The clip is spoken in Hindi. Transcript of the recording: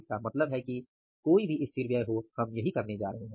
इसका मतलब है कि कोई भी स्थिर व्यय हो हम यही करने जा रहे हैं